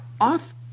off